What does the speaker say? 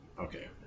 Okay